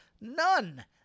None